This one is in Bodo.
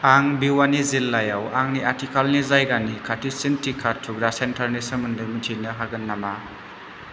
आं भिवानि जिल्लायाव आंनि आथिखालनि जायगानि खाथिसिन टिका थुग्रा सेन्टारनि सोमोन्दै मिथिनो हागोन नामा